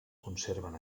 conserven